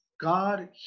God